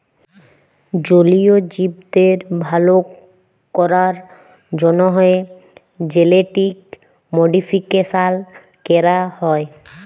জলীয় জীবদের ভাল ক্যরার জ্যনহে জেলেটিক মডিফিকেশাল ক্যরা হয়